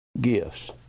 gifts